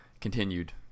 continued